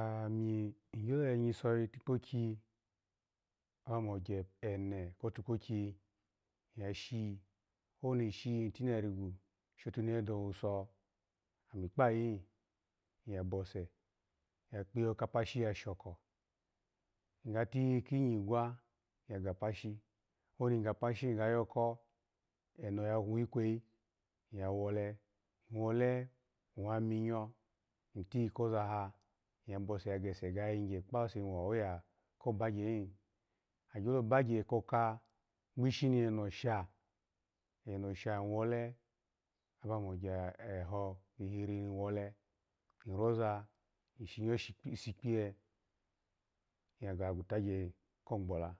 A mi gyo ya gyiso otukpoki aba mo ogyene kotukpoki mashi, owoni ishi na tinarigu shotunehe dowuso, ami kpayihin, iya bose ya kpiyo kapishi hi ya shoko, ogati yi kinyi gwa, ya gapashi oni gapashi ya yoko eno ya wikwe yi iya wole iwole iwa miyo itiyi koza ha, iya bose ya gese ga hagye koka gboshi eno sha, eno sha iwole, aba mo gyeho kwehiri ni wole iroza ishinya wo shi sikpiye iya ga kwutagye ko gbola,